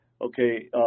Okay